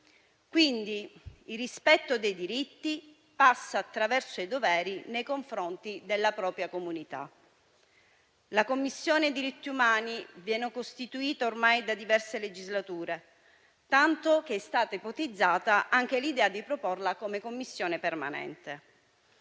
Quindi il rispetto dei diritti passa attraverso i doveri nei confronti della propria comunità. La Commissione diritti umani viene costituita ormai da diverse legislature, tanto che è stata ipotizzata anche l'idea di proporla come Commissione permanente.